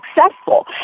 successful